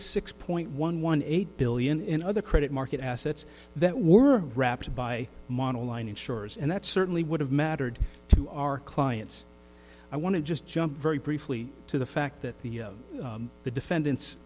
six point one one eight billion and other credit market assets that were wrapped by model line insurers and that certainly would have mattered to our clients i want to just jump very briefly to the fact that the the defendant's